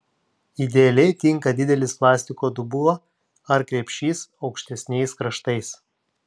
idealiai tinka didelis plastiko dubuo ar krepšys aukštesniais kraštais